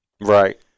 Right